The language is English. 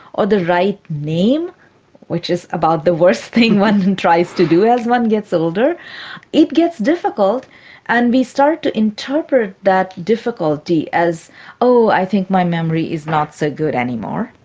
or the right name which is about the worst thing one tries to do as one gets older it gets difficult and we start to interpret that difficulty as oh, i think my memory is not so good anymore.